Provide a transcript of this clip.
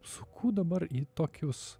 suku dabar į tokius